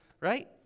Right